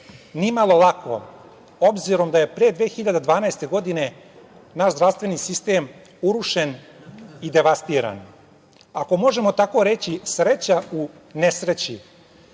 nimalo lako, obzirom da je pre 2012. godine naš zdravstveni sistem urušen i devastiran. Ako možemo tako reći, sreća u nesreći